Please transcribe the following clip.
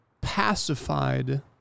pacified